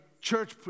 church